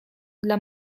dla